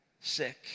sick